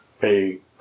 pay